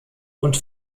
und